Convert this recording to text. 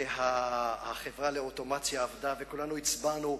והחברה לאוטומציה עבדה, וכולם הצביעו,